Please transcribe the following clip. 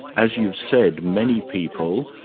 as you've said, many people,